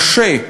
קשה,